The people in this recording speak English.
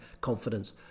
confidence